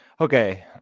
Okay